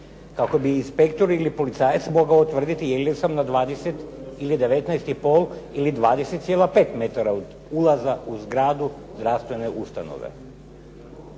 kako bi inspektor ili policajac mogao tvrditi jesam li na 20 ili na 19,5 ili 20,5 metara od ulaska u zgradu zdravstvene ustanove.